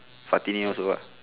fatini also [what]